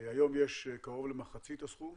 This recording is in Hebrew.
היום יש קרוב למחצית הסכום